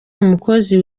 umukozi